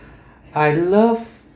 I love